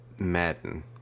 Madden